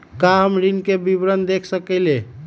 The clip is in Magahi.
का हम ऋण के विवरण देख सकइले?